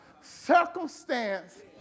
circumstance